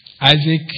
Isaac